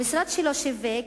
המשרד שלו שיווק,